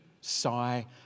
sigh